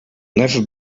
never